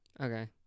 Okay